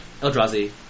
Eldrazi